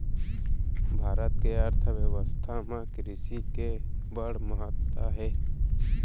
भारत के अर्थबेवस्था म कृसि के बड़ महत्ता हे